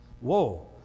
whoa